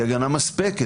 היא מספקת.